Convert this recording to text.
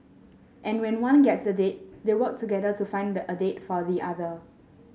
and when one gets a date they work together to find a date for the other